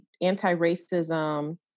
anti-racism